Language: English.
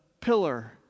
pillar